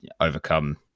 overcome